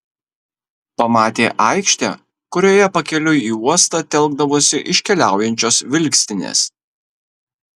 pamatė aikštę kurioje pakeliui į uostą telkdavosi iškeliaujančios vilkstinės